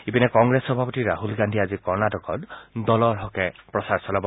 ইপিনে কংগ্ৰেছ সভাপিত ৰাহুল গান্ধীয়ে আজি কৰ্ণাটকত দলৰ হকে প্ৰচাৰ চলাব